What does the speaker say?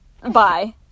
bye